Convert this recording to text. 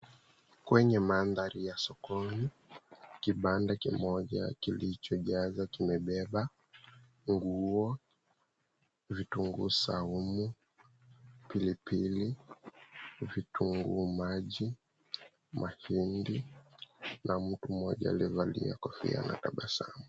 Kwenye mandhari ya sokoni, kibanda kimoja kilichojazwa kimebeba nguo, vitunguu saumu, pilipili, vitunguu maji, mahindi, na mtu mmoja aliyevalia kofia anatabasamu.